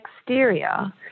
exterior